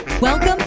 Welcome